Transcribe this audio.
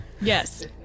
Yes